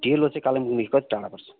डेलो चाहिँ कालिम्पोङदेखि कति टाढो पर्छ